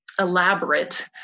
Elaborate